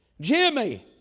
Jimmy